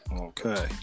Okay